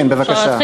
כן, בבקשה.